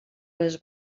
les